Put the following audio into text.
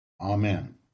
Amen